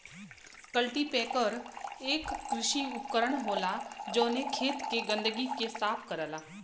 cultipacker एक कृषि उपकरण होला जौन खेत के गंदगी के कम करला